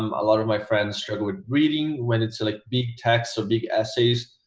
um a lot of my friends struggle with reading when it's like big texts or big essays.